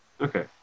Okay